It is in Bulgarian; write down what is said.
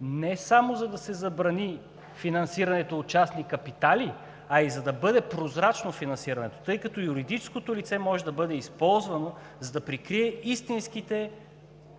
не само за да се забрани финансирането от частни капитали, а и да бъде прозрачно финансирането, тъй като юридическото лице може да бъде използвано, за да прикрие истинските